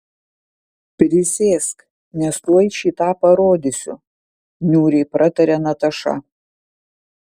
prisėsk nes tuoj šį tą parodysiu niūriai pratarė nataša